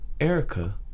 Erica